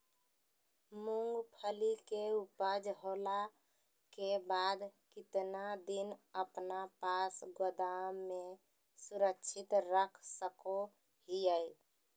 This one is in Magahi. मूंगफली के ऊपज होला के बाद कितना दिन अपना पास गोदाम में सुरक्षित रख सको हीयय?